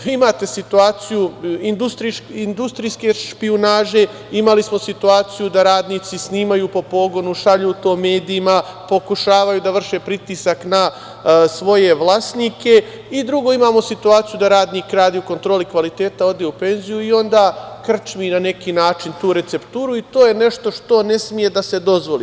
Vi imate situaciju industrijske špijunaže, imali smo situaciju da radnici snimaju po pogonu, šalju to medijima, pokušavaju da vrše pritisak na svoje vlasnike i drugo, imamo situaciju da radnik radi u kontroli kvaliteta, ode u penziju i onda krčmi na neki način tu recepturu i to je nešto što ne sme da se dozvoli.